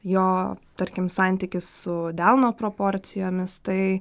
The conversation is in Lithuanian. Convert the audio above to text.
jo tarkim santykis su delno proporcijomis tai